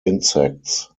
insects